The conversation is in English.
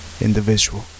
individual